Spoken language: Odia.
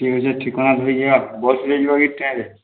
ଏହି ଯେ ଠିକଣା ଧରିକିନା ବସ୍ ରେ ଯିବା କି ଟ୍ରେନରେ